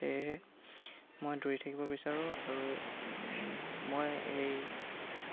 সেয়েহে মই দৌৰি থাকিব বিচাৰোঁ আৰু মই সেই